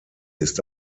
ist